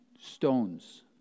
stones